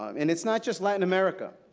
um and it's not just latin america.